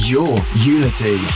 YourUnity